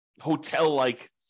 hotel-like